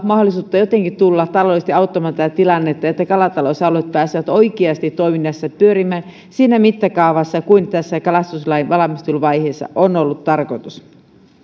mahdollisuutta jotenkin tulla taloudellisesti auttamaan tätä tilannetta niin että kalatalousalueet pääsevät oikeasti toiminnassa pyörimään siinä mittakaavassa kuin tässä kalastuslain valmisteluvaiheessa on ollut tarkoitus